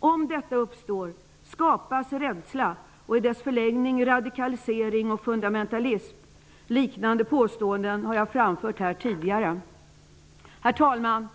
Om detta uppstår skapas rädsla och i dess förlängning radikalisering och fundamentalism. Liknande påståenden har jag framfört här tidigare. Herr talman!